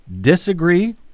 disagree